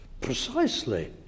precisely